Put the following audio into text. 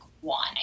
one